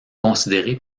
considéré